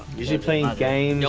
usually playing games.